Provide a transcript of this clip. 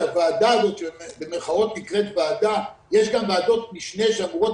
לוועדה הזו שנקראת ועדה יש גם ועדות משנה שאמורות